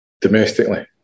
domestically